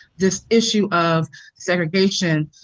this issue of segregation,